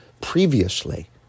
previously